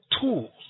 tools